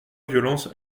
violence